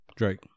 Drake